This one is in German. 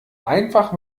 einfach